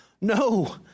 No